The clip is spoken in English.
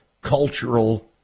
cultural